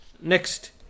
next